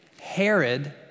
Herod